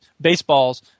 baseballs